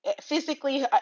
physically